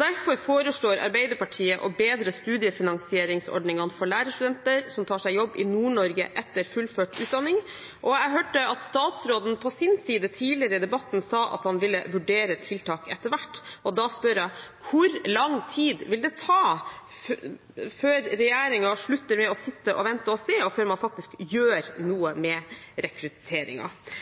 Derfor foreslår Arbeiderpartiet å bedre studiefinansieringsordningene for lærerstudenter som tar seg jobb i Nord-Norge etter fullført utdanning. Jeg hørte at statsråden på sin side, tidligere i debatten, sa at han ville vurdere tiltak etter hvert. Da spør jeg: Hvor lang tid vil det ta før regjeringen slutter å vente og se og faktisk gjør noe med